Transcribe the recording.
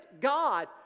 God